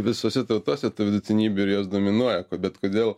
visose tautose tų vidutinybių ir jos dominuoja bet kodėl